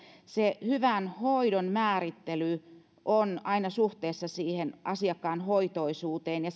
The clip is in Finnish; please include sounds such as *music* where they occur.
se hyvän hoidon määrittely on aina suhteessa asiakkaan hoitoisuuteen ja *unintelligible*